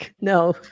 No